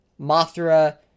Mothra